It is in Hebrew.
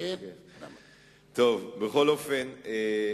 בכל אופן,